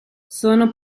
sono